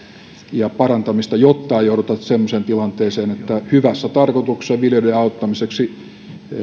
ja parantamista jotta ei jouduta semmoiseen tilanteeseen että hyvässä tarkoituksessa viljelijöiden auttamiseksi